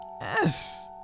Yes